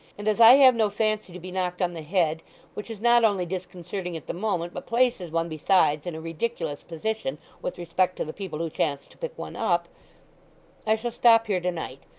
and as i have no fancy to be knocked on the head which is not only disconcerting at the moment, but places one, besides, in a ridiculous position with respect to the people who chance to pick one up i shall stop here to-night.